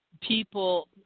people –